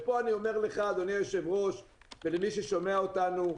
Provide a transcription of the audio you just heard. ופה אני אומר לך אדוני היושב-ראש ולמי ששומע אותנו,